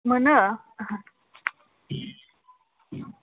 मोनो